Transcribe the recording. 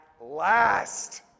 last